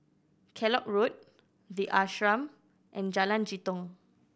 Kellock Road The Ashram and Jalan Jitong